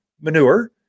manure